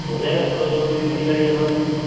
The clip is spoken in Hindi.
हो जाएगा सोलह जनों के लिए बड़ी गाड़ी करवा देंगे